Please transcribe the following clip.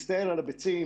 הסתער על הביצים